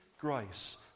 grace